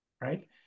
right